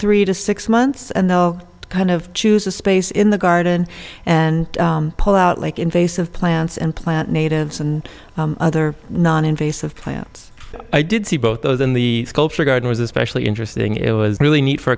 three to six months and they'll kind of choose a space in the garden and pull out like invasive plants and plant natives and other non invasive plants i did see both those in the sculpture it was especially interesting it was really neat for